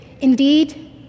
indeed